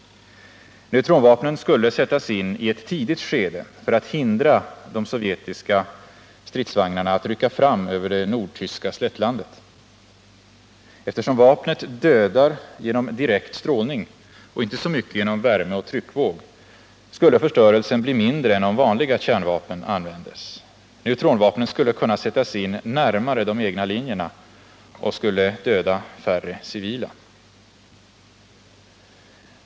Neutronvapnen skulle sättas in i ett tidigt skede för att hindra de sovjetiska stridsvagnarna att rycka fram över det nordtyska slättlandet. Eftersom vapnet dödar genom direktstrålning och inte så mycket genom värmeoch tryckvåg, skulle förstörelsen bli mindre än om vanliga kärnvapen användes. Neutronvapnen skulle kunna sättas in närmare de egna linjerna och skulle döda färre civila.